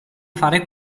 fare